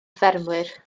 ffermwyr